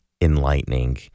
enlightening